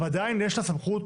אבל עדיין יש לה סמכות,